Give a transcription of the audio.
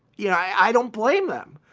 you know, i don't blame them.